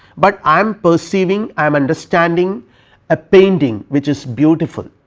but i am perceiving, i am understanding a painting which is beautiful,